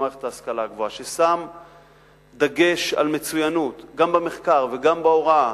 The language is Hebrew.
למערכת ההשכלה הגבוהה ששם דגש על מצוינות גם במחקר וגם בהוראה,